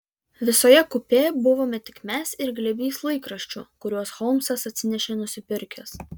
visoje kupė buvome tik mes ir glėbys laikraščių kuriuos holmsas atsinešė nusipirkęs